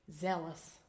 zealous